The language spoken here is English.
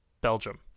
Belgium